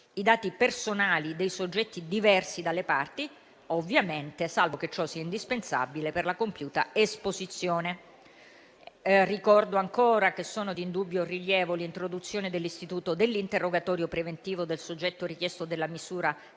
i dati personali dei soggetti diversi dalle parti, salvo ovviamente che ciò sia indispensabile per la compiuta esposizione. Ricordo ancora che sono di indubbio rilievo l'introduzione dell'istituto dell'interrogatorio preventivo del soggetto richiesto dalla misura cautelare,